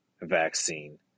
vaccine